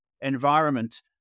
environment